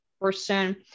person